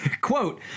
quote